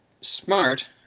smart